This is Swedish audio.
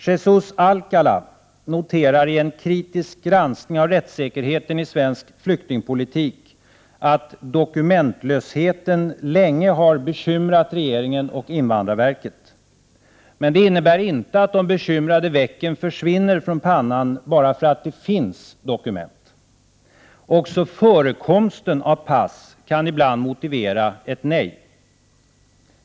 Jesås Alcalå noterar i en kritisk granskning av rättssäkerheten i svensk flyktingpolitik att dokumentlösheten länge har bekymrat regeringen och invandrarverket. Men det innebär inte att de bekymrade vecken försvinner Prot. 1988/89:125 från pannan bara för att det finns dokument. Också förekomsten av pass kan 31 maj 1989 ibland motivera ett nej.